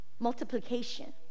multiplication